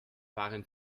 waren